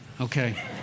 Okay